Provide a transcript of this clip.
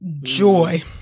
joy